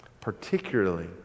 particularly